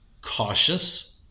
cautious